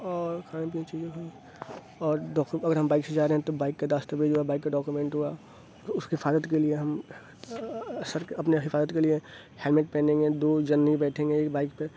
اور کھانے پینے کی چیزیں ہوئیں اور اگر ہم بائک سے جارہے ہیں تو بائک کے ڈسٹ بین میں جو بائک کا ڈاکیومنٹ ہُوا تو اُس کی حفاظت کے لیے ہم سر کے اپنے حفاظت کے لیے ہیلمٹ پہنیں گے دو جن نہیں بیٹھیں گے ایک بائک پہ